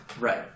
Right